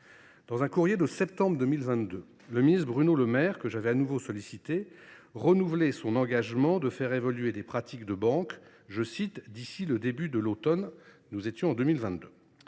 Dans un courrier de septembre 2022, le ministre Bruno Le Maire, que j’avais de nouveau sollicité, renouvelait son engagement de faire évoluer les pratiques des banques « d’ici au début de l’automne ». Nous étions alors en 2022.